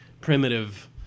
primitive